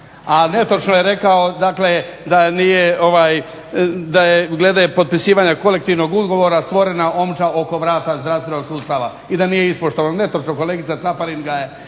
netočno je rekao dakle da je glede potpisivanja kolektivnog ugovora stvorena omča oko vrata zdravstvenog sustava i da nije ispoštovan. Netočno, kolegica Caparin ga je